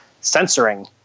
censoring